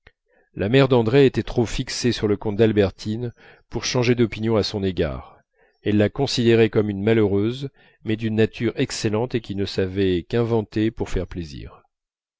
la mère d'andrée était trop fixée sur le compte d'albertine pour changer d'opinion à son égard elle la considérait comme une malheureuse mais d'une nature excellente et qui ne savait qu'inventer pour faire plaisir